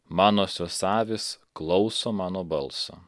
manosios avys klauso mano balso